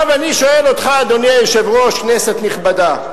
עכשיו אני שואל, אדוני היושב-ראש, כנסת נכבדה: